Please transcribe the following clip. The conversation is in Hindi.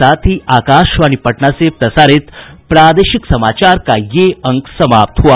इसके साथ ही आकाशवाणी पटना से प्रसारित प्रादेशिक समाचार का ये अंक समाप्त हुआ